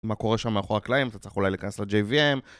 מה קורה שם מאחורי הקלעים, אתה צריך אולי להיכנס ל-JVM